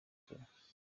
ikora